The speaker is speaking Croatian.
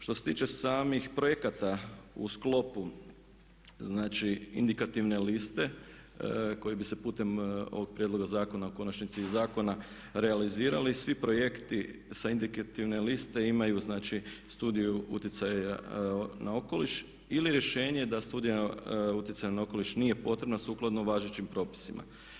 Što se tiče samih projekata u sklopu, znači indikativne liste koji bi se putem ovog prijedloga zakona, u konačnici i zakona realizirali i svi projekti sa indikativne liste imaju, znači Studiju utjecaja na okoliš ili rješenje da Studija utjecaja na okoliš nije potrebna sukladno važećim propisima.